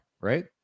Right